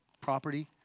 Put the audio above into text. property